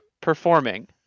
performing